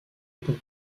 pont